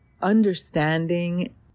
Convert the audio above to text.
understanding